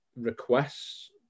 requests